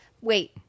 wait